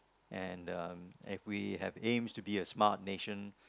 and um and we have aims to be a smart nation